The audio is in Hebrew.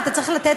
ואתה צריך לתת,